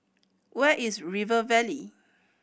where is River Valley